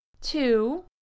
two